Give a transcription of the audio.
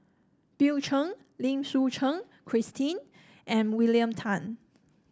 Bill Chen Lim Suchen Christine and William Tan